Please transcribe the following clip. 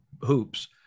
hoops